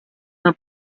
una